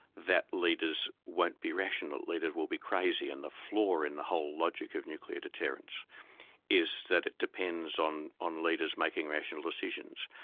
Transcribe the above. that leaders won't be rational, leaders will be crazy. and the flaw in the whole logic of nuclear deterrence is that it depends on on leaders making rational decisions.